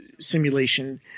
Simulation